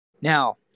Now